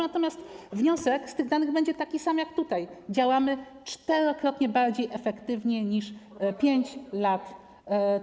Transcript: Natomiast wniosek z tych danych będzie taki sam jak tutaj: działamy czterokrotnie bardziej efektywnie niż 5 lat temu.